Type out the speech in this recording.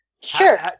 sure